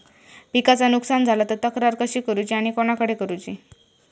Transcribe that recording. पिकाचा नुकसान झाला तर तक्रार कशी करूची आणि कोणाकडे करुची?